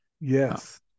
yes